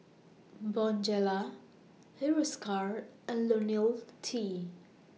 Bonjela Hiruscar and T